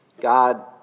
God